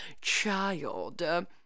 child